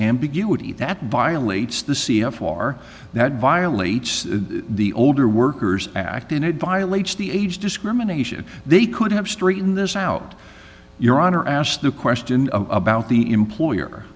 ambiguity that violates the c f r that violates the older workers act and it violates the age discrimination they could have straighten this out your honor asked the question about the employer